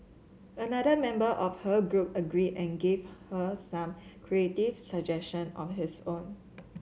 another member of her group agreed and gave her some creative suggestion of his own